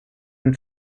and